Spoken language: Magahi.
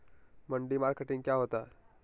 मंडी मार्केटिंग क्या होता है?